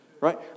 Right